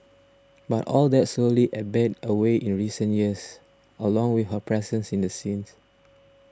but all that slowly ebbed away in recent years along with her presence in the scene